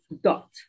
dot